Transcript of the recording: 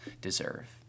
deserve